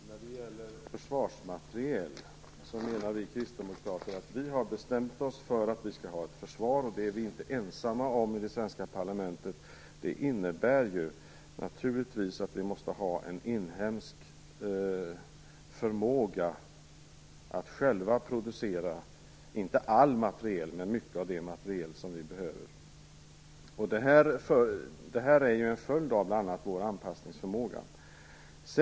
Herr talman! När det gäller försvarsmateriel menar vi kristdemokrater att vi har bestämt oss för att vi skall ha ett försvar, vilket vi inte är ensamma om i det svenska parlamentet. Det innebär ju naturligtvis att vi måste ha en inhemsk förmåga att själva producera inte all materiel men mycket av den materiel som vi behöver. Detta är en följd av bl.a. vår anpassningsförmåga.